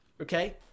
okay